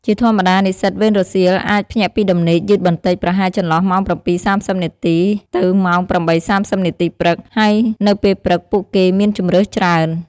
ជាធម្មតា និស្សិតវេនរសៀលអាច ភ្ញាក់ពីដំណេកយឺតបន្តិច ប្រហែលចន្លោះម៉ោង ៧:៣០ នាទី ទៅម៉ោង ៨:៣០ នាទីព្រឹក ហើយនៅពេលព្រឹកពួកគេមានជម្រើសច្រើន។